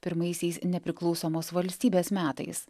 pirmaisiais nepriklausomos valstybės metais